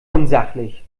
unsachlich